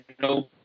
no